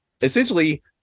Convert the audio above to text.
essentially